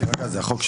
זה החוק שלי.